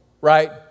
right